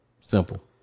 Simple